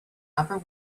upper